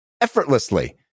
effortlessly